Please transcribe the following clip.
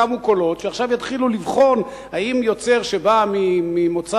קמו קולות שעכשיו יתחילו לבחון אם יוצר שבא ממוצא